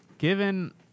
Given